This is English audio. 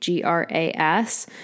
GRAS